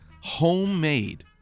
Homemade